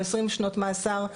או עשרים שנות מאסר,